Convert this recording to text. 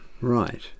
Right